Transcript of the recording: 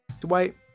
Dwight